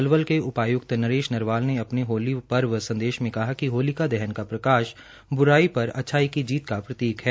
पलवल के उपाय्क्त नरेश नरवाल ने अपने होली पर्व संदेश में कहा है कि होलिका दहन का प्रकाश बुराई पर अच्छाई की जीत का प्रतीक है